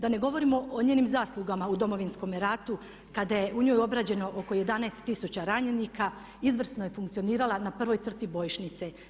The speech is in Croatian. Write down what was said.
Da ne govorimo o njenim zaslugama u Domovinskom ratu kada je u njoj obrađeno oko 11 tisuća ranjenika, izvrsno je funkcionirala na prvoj crti bojišnice.